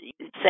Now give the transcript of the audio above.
say